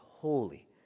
holy